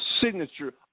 signature